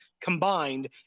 combined